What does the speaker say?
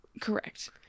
Correct